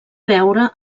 veure